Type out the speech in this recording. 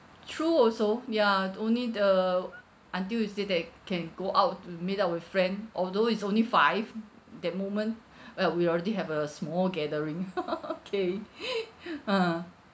true also ya only the until you say that can go out to meet up with friend although it's only five that moment well we already have a small gathering okay a'ah